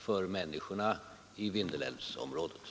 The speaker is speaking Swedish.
Vi kommer att fortsätta att ägna stor